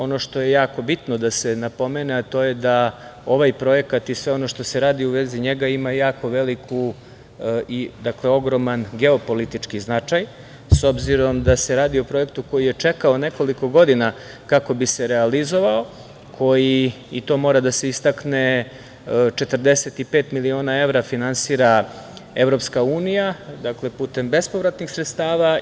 Ono što je jako bitno da se napomene, a to je da ovaj projekat i sve ono što se radi u vezi njega ima jako veliki, ogroman geopolitički značaj, s obzirom da se radi o projektu koji je čekao nekoliko godina kako bi se realizovao, koji, i to mora da se istakne, 45 miliona evra finansira EU, dakle, putem bespovratnih sredstava.